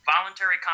voluntary